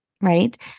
right